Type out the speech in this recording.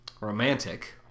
romantic